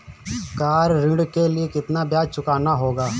Car ऋण के लिए कितना ब्याज चुकाना होगा?